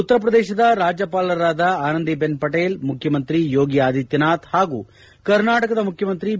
ಉತ್ತರ ಪ್ರದೇಶದ ರಾಜ್ಯಪಾಲರಾದ ಆನಂದಿ ಬೆನ್ ಪಟೀಲ್ ಮುಖ್ಯಮಂತ್ರಿ ಯೋಗಿ ಆದಿತ್ಲನಾಥ್ ಹಾಗೂ ಕರ್ನಾಟಕದ ಮುಖ್ಯಮಂತ್ರಿ ಬಿ